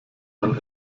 man